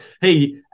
hey